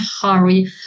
hurry